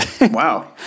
Wow